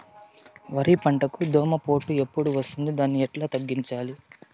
వరి పంటకు దోమపోటు ఎప్పుడు వస్తుంది దాన్ని ఎట్లా తగ్గించాలి?